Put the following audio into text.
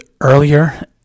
earlier